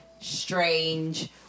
strange